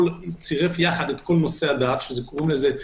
צירף יחד את כל נושא הדת ישיבות,